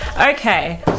Okay